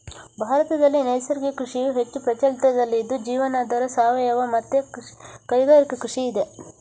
ಭಾರತದಲ್ಲಿ ನೈಸರ್ಗಿಕ ಕೃಷಿಯು ಹೆಚ್ಚು ಪ್ರಚಲಿತದಲ್ಲಿ ಇದ್ದು ಜೀವನಾಧಾರ, ಸಾವಯವ ಮತ್ತೆ ಕೈಗಾರಿಕಾ ಕೃಷಿ ಇದೆ